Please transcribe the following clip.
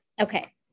okay